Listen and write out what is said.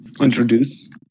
Introduce